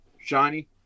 shiny